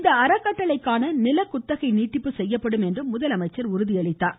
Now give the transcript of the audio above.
இந்த அறக்கட்டளைக்கான நில குத்தகை நீட்டிப்பு செய்யப்படும் என்றும் முதலமைச்சர் உறுதியளித்தார்